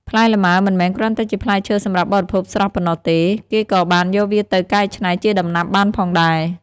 ផ្លែលម៉ើមិនមែនគ្រាន់តែជាផ្លែឈើសម្រាប់បរិភោគស្រស់ ប៉ុណ្ណោះទេ គេក៏បានយកវាទៅកៃច្នៃជាដំណាប់បានផងដែរ។